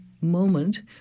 moment